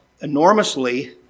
enormously